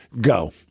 go